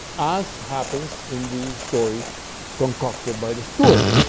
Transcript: as happens in the story concocted by the steward.